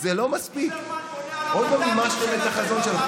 שזו עגמת נפש רצינית, שישה מנדטים,